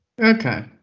okay